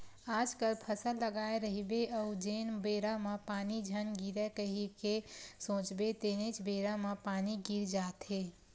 आजकल फसल लगाए रहिबे अउ जेन बेरा म पानी झन गिरय कही के सोचबे तेनेच बेरा म पानी गिर जाथे